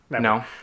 No